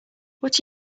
what